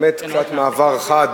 באמת מעבר חד